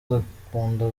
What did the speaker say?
agakunda